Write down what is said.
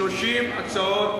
30 הצעות